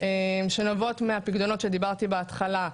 שנובעות מהפיקדונות שדיברתי בהתחלה,